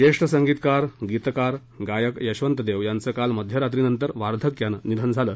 ज्येष्ठ संगीतकार गीतकार गायक यशवंत देव याचं काल मध्यरात्रीनंतर वार्धक्यानं निधन झालं